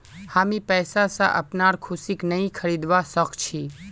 हामी पैसा स अपनार खुशीक नइ खरीदवा सख छि